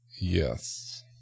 Yes